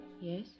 Yes